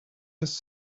his